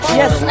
yes